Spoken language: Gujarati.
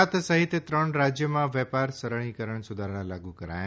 ગુજરાત સહિત ત્રણ રાજ્યમાં વેપાર સરળીકરણ સુધારા લાગુ કરાયા